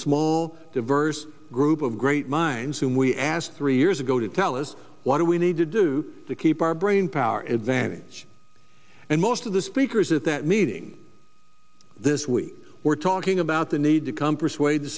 small diverse group of great minds whom we asked three years ago tell us what do we need to do to keep our brainpower advantage and most of the speakers at that meeting this week were talking about the need to come persuade the